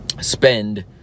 spend